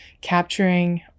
capturing